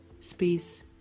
space